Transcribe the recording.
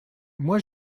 moi